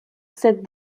cette